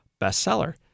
bestseller